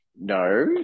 no